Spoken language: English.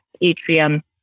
atrium